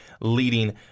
leading